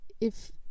if-